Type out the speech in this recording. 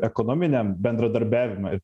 ekonominiam bendradarbiavime ir